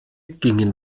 gingen